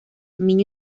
miño